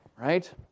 Right